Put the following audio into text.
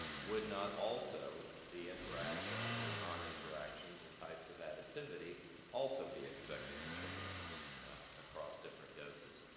would not also the interactions or noninteractions or types of additivity also be expected to change across different doses?